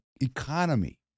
economy